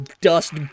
dust